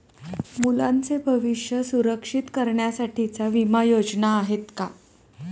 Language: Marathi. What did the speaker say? मुलांचे भविष्य सुरक्षित करण्यासाठीच्या विमा योजना आहेत का?